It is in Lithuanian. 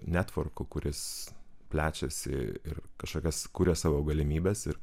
netvorku kuris plečiasi ir kažkokias kuria savo galimybes ir